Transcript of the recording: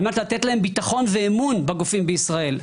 על מנת לתת להם בטחון ואמון בגופים בישראל.